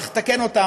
צריך לתקן אותן,